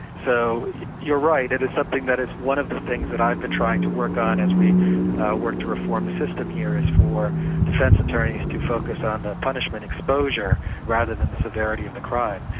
so you're right, it is something that is one of the things that i have been trying to work on as we work to reform the system here is for defence attorneys to focus on the punishment exposure rather than the severity of the crime.